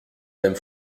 même